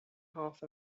half